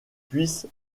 puisse